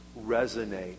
resonate